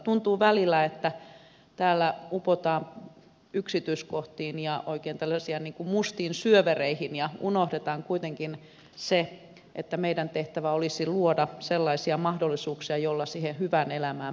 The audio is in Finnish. tuntuu välillä että täällä upotaan yksityiskohtiin ja oikein tällaisiin mustiin syövereihin ja unohdetaan se että kuitenkin meidän tehtävämme olisi luoda sellaisia mahdollisuuksia joilla siihen hyvään elämään päästään